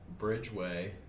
Bridgeway